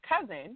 cousin